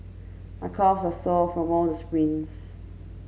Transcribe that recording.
my calves are sore from all the sprints